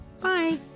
Bye